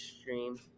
stream